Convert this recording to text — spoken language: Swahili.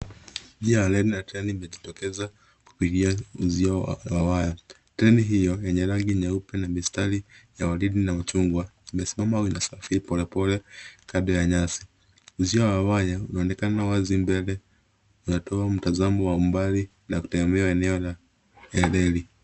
Njia ya reli la treni limejitokeza kipitia uzio wa waya. Treni hiyo yenye rangi nyeupe ya mistari ya waridi na machungwa limesimama au linasafiri polepole kando ya nyasi. Uzio wa waya unaonekana wazi mbele inatoa mtazamo wa umbali la kutembea eneo la reli.